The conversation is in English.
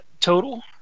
total